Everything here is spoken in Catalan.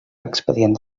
expedient